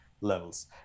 levels